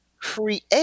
create